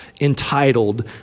entitled